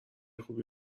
خوبی